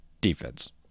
defense